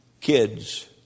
Kids